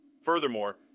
Furthermore